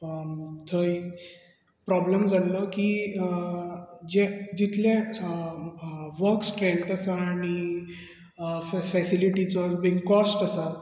थंय प्रोब्लेब जाल्लो की जे जितले वॉक स्ट्रेंत आसा आनी फॅसिलीटीचो बी कॉस्ट आसा